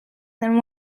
than